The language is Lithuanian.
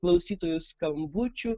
klausytojų skambučių